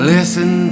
Listen